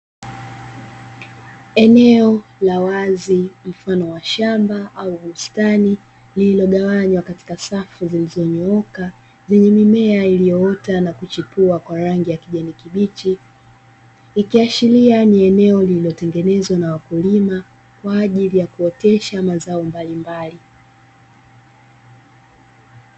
Eneo la wazi mfano wa shamba au bustani lililogawanywa katika safu ziliyonyooka zenye mimea iliyoota na kuchipua kwa rangi ya kijani kibichi, ikiashiria ni eneo lililotengenezwa na wakulima kwa ajili ya kuotesha mazao mbalimbali.